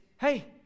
hey